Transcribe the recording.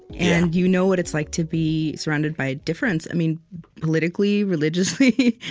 and you know what it's like to be surrounded by difference. i mean politically, religiously,